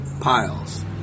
Piles